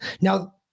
Now